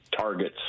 targets